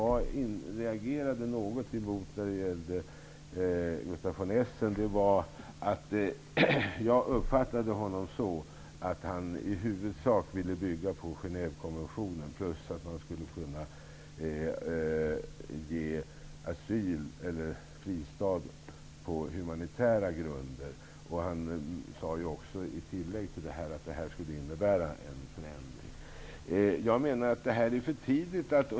Vad jag reagerade något emot var att jag uppfattade Gustaf von Essen så, att han i huvudsak ville att man skulle bygga på Genèvekonventionen plus att man skulle kunna ge fristad på humanitära grunder. Gustaf von Essen tillade också att detta skulle innebära en förändring.